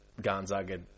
Gonzaga